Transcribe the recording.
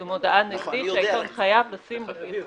זו מודעה נגדית שהעיתון חייב לשים על פי חוק.